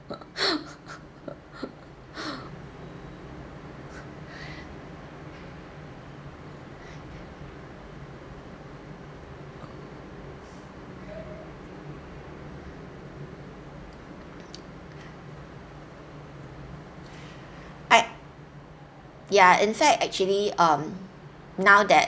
I ya in fact actually um now that